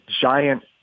giant